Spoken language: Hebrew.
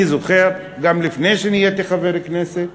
אני זוכר, גם לפני שנהייתי חבר כנסת,